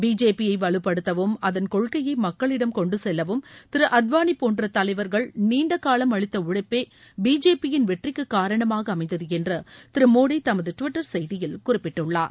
பிஜேபியை வலுப்படுத்தவும் அதன் கொள்கையை மக்களிடம் கொண்டு செல்லவும் திரு அத்வாளி போன்ற தலைவர்கள் நீண்ட காலம் அளித்த உழைப்பே பிஜேபி யின் வெற்றிக்கு காரணமாக அமைந்தது என்று திரு மோடி தமது டுவிட்டர் செய்தியில் குறிப்பிட்டுள்ளார்